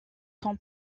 son